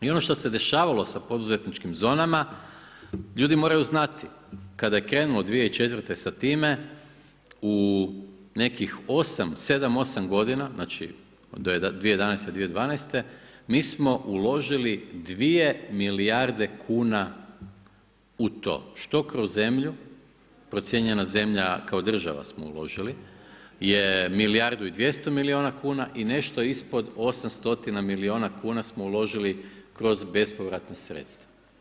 I ono što se dešavalo sa poduzetničkim zonama ljudi moraju znati, kada je krenulo 2004. sa time u nekih sedam, osam godina znači do 2011., 2012. mi smo uložili dvije milijarde kuna u to, što kroz zemlju, procijenjena zemlja kao država smo uložili je milijardu i 200 milijuna kuna i nešto ispod 800 milijuna kuna smo uložili kroz bespovratna sredstva.